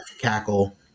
cackle